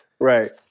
Right